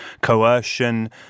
coercion